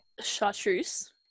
Chartreuse